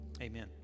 Amen